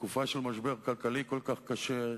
בתקופה של משבר כלכלי כל כך קשה,